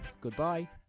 goodbye